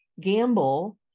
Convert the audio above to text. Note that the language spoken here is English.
Gamble